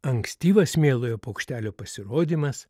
ankstyvas mielojo paukštelio pasirodymas